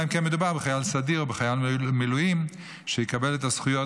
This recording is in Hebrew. אלא אם כן מדובר בחייל סדיר או בחייל מילואים שיקבל את הזכויות